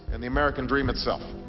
and the american dream itself.